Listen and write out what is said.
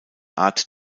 art